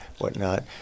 whatnot